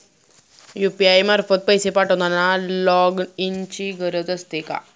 UPI मार्फत पैसे पाठवताना लॉगइनची गरज असते का?